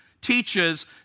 teaches